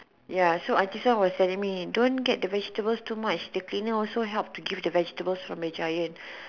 ya auntie suan was telling me don't get the vegetables too much the cleaner also helps to get the vegetables from giant